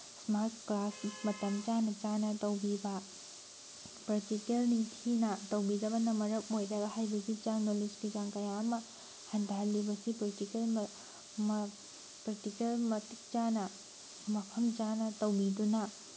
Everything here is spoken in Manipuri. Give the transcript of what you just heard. ꯏꯁꯃꯥꯔꯠ ꯀ꯭ꯂꯥꯁ ꯃꯇꯝ ꯆꯥꯅ ꯆꯥꯅ ꯇꯧꯕꯤꯕ ꯄ꯭ꯔꯥꯛꯇꯤꯀꯦꯜ ꯅꯤꯡꯊꯤꯅ ꯊꯧꯕꯤꯗꯕꯅ ꯃꯔꯝ ꯑꯣꯏꯔꯒ ꯍꯩꯕꯒꯤ ꯆꯥꯡ ꯅꯣꯂꯦꯖꯀꯤ ꯆꯥꯡ ꯀꯌꯥ ꯑꯃ ꯍꯟꯊꯍꯜꯂꯤꯕꯁꯤ ꯄ꯭ꯔꯥꯛꯇꯤꯀꯦꯜ ꯄ꯭ꯔꯥꯛꯇꯤꯀꯦꯜ ꯃꯇꯤꯛ ꯆꯥꯅ ꯃꯐꯝ ꯆꯥꯅ ꯇꯧꯕꯤꯗꯨꯅ